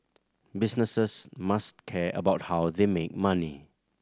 businesses must care about how they make money